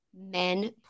men